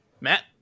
Matt